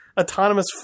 autonomous